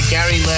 Gary